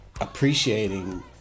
appreciating